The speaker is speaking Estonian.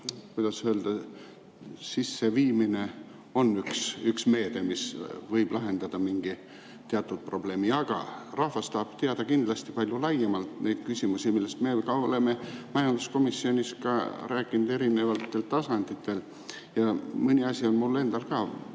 kuidas öelda, sisseviimine on üks meede, mis võib lahendada mingi teatud probleemi. Aga rahvas tahab teada kindlasti palju laiemalt neid küsimusi, millest me ju ka oleme majanduskomisjonis rääkinud erinevatel tasanditel. Ja mõni asi on mul endal ka